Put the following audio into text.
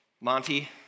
Monty